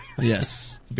Yes